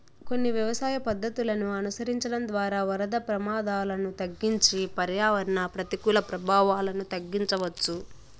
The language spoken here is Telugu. కొన్ని వ్యవసాయ పద్ధతులను అనుసరించడం ద్వారా వరద ప్రమాదాలను తగ్గించి పర్యావరణ ప్రతికూల ప్రభావాలను తగ్గించవచ్చు